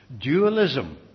dualism